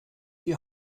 die